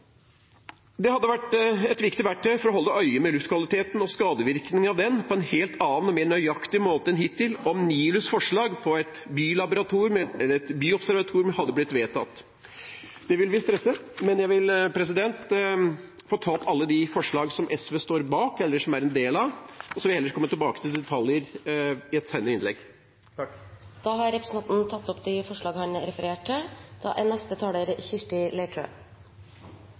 Det hadde vært et viktig verktøy for å holde øye med luftkvaliteten og skadevirkningene av den – på en helt annen og mer nøyaktig måte en hittil – om NILUs forslag om et byobservatorium hadde blitt vedtatt. Det vil vi stresse. Jeg vil ta opp SVs forslag, og så vil jeg komme tilbake til detaljer i et senere innlegg. Representanten Arne Nævra har tatt opp de forslagene han refererte til.